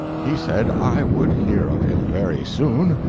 he said i would hear of him very soon,